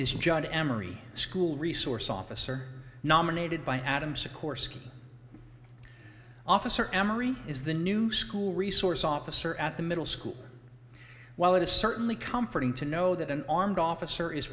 is john emery school resource officer nominated by adam sikorsky officer emory is the new school resource officer at the middle school while it is certainly comforting to know that an armed officer is